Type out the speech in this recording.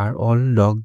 अरे all dog